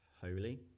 holy